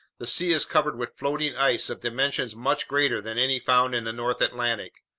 the sea is covered with floating ice of dimensions much greater than any found in the north atlantic.